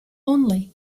only